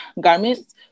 garments